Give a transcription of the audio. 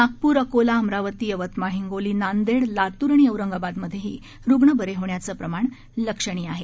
नागपूर अकोला अमरावती यवतमाळ हिंगोली नांदेड लातूर आणि औरंगाबाद मधेही रुग्ण बरे होण्याचं प्रमाण लक्षणीय आहे